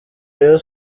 rayon